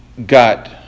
got